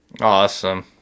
Awesome